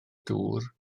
dŵr